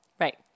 Right